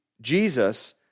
Jesus